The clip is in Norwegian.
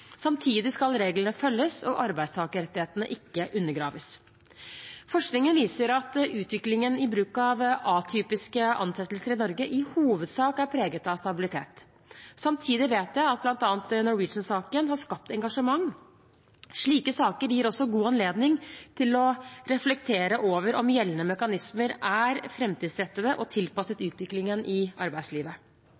Samtidig skal reglene følges og arbeidstakerrettighetene ikke undergraves. Forskningen viser at utviklingen i bruk av atypiske ansettelser i Norge i hovedsak er preget av stabilitet. Samtidig vet jeg at bl.a. Norwegian-saken har skapt engasjement. Slike saker gir også god anledning til å reflektere over om gjeldende mekanismer er framtidsrettede og tilpasset